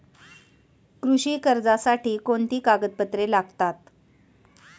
कृषी कर्जासाठी कोणती कागदपत्रे लागतात?